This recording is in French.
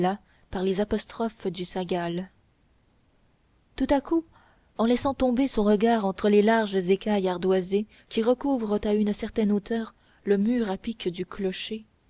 par les apostrophes du sagal tout à coup en laissant tomber son regard entre les larges écailles ardoisées qui recouvrent à une certaine hauteur le mur à pic du clocher